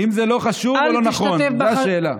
אם זה לא חשוב או לא נכון, זו השאלה.